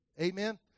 Amen